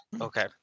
Okay